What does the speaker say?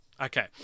Okay